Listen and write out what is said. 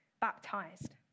baptized